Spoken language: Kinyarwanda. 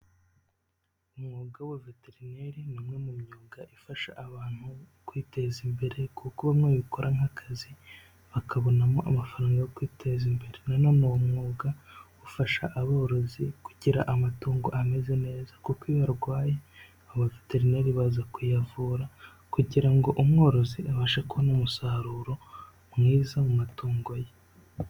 Umwuga w'ubuveterineri, ni umwe mu myuga ifasha abantu kwiteza imbere kuko bamwe babikora nk'akazi, bakabonamo amafaranga yo kwiteza imbere na none uwo mwuga ufasha aborozi kugira amatungo ameze neza kuko iyo yarwaye, aba baveterineri baza kuyavura kugira ngo umworozi abashe kubona umusaruro mwiza mu matungo ye.